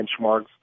benchmarks